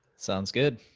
sounds good.